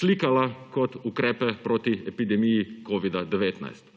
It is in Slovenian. slikala kot ukrepe proti epidemiji covida-19.